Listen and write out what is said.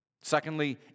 Secondly